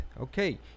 okay